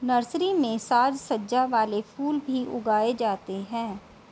nursery में साज सज्जा वाले फूल भी उगाए जाते हैं